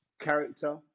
Character